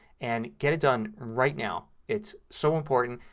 and get it done right now. it's so important.